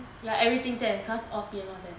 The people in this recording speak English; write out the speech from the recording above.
ya everything all ten class P_M all ten